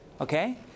Okay